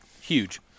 Huge